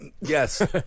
Yes